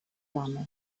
plamy